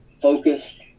focused